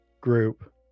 group